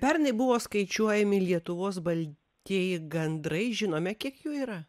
pernai buvo skaičiuojami lietuvos baltieji gandrai žinome kiek jų yra